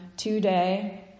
Today